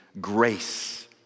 grace